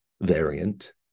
variant